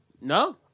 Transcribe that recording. No